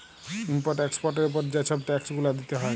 import এক্সপর্টের উপরে যে ছব ট্যাক্স গুলা দিতে হ্যয়